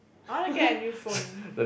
I wanna get a new phone